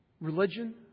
Religion